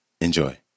Enjoy